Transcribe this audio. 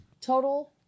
total